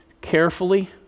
carefully